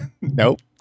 nope